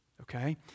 okay